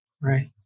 right